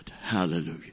Hallelujah